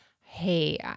hey